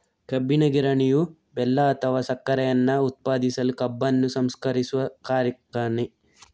ಕಬ್ಬಿನ ಗಿರಣಿಯು ಬೆಲ್ಲ ಅಥವಾ ಸಕ್ಕರೆಯನ್ನ ಉತ್ಪಾದಿಸಲು ಕಬ್ಬನ್ನು ಸಂಸ್ಕರಿಸುವ ಕಾರ್ಖಾನೆ